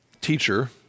teacher